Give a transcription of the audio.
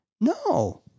No